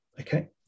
Okay